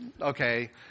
Okay